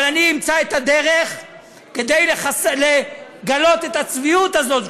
אבל אני אמצא את הדרך כדי לגלות את הצביעות הזאת.